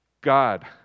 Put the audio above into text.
God